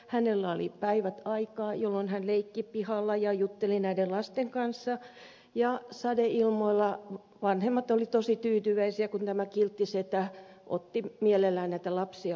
hänellä oli päivät aikaa jolloin hän leikki pihalla ja jutteli näiden lasten kanssa ja sadeilmoilla vanhemmat olivat tosi tyytyväisiä kun tämä kiltti setä otti mielellään näitä lapsia luokseen leikkimään